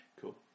Cool